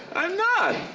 i'm not!